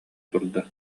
турда